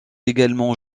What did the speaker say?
également